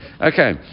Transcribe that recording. Okay